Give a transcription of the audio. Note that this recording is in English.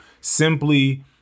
simply